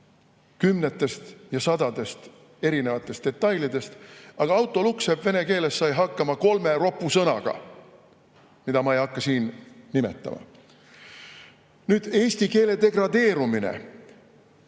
kümnetest ja sadadest erinevatest detailidest. Aga autolukksepp sai vene keeles hakkama kolme ropu sõnaga, mida ma ei hakka siin nimetama. Eesti keele degradeerumine